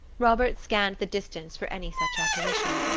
robert scanned the distance for any such apparition.